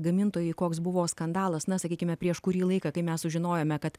gamintojui koks buvo skandalas na sakykime prieš kurį laiką kai mes sužinojome kad